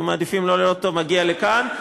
היו מעדיפים לא לראות אותו מגיע לכאן,